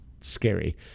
scary